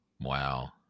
Wow